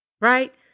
right